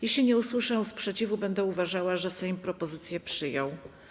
Jeśli nie usłyszę sprzeciwu, będę uważała, że Sejm propozycję przyjął.